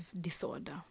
disorder